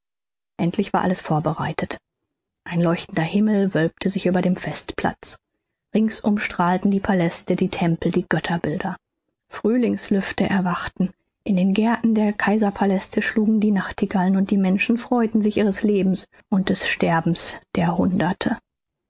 endlich war alles vorbereitet ein leuchtender himmel wölbte sich über dem festplatz ringsum strahlten die paläste die tempel die götterbilder frühlingslüfte erwachten in den gärten der kaiserpaläste schlugen die nachtigallen und die menschen freuten sich ihres lebens und des sterbens der hunderte